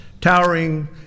towering